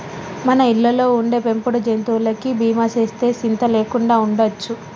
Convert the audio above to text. మన ఇళ్ళలో ఉండే పెంపుడు జంతువులకి బీమా సేస్తే సింత లేకుండా ఉండొచ్చు